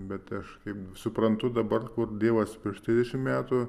bet aš kaip suprantu dabar kur dievas prieš trisdešimt metų